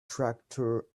tractor